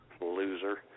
Loser